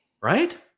right